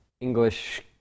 English